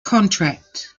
contract